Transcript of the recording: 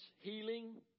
healing